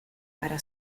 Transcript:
para